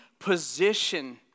position